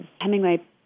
Hemingway